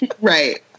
Right